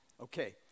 Okay